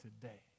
today